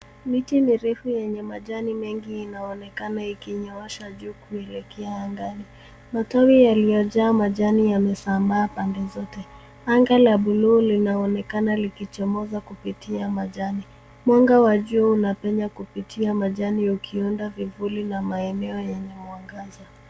Miti mirefu yenye majani mengi inaonekana ikinyoosha juu kuelekea angani. Matawi yaliyojaa majani yamesambaa pande zote. Anga la bluu linaonekana likichomoza kupitia majani. Mwanga wa jua unapenya kupitia majani ukiunda vivuli na maeneo yenye mwangaza.